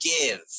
Give